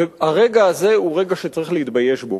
והרגע הזה הוא רגע שצריך להתבייש בו.